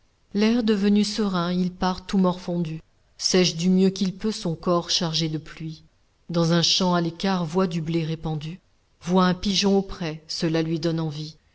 l'air devenu serein il part tout morfondu sèche du mieux qu'il peut son corps chargé de pluie dans un champ à l'écart voit du blé répandu voit un pigeon auprès cela lui donne envie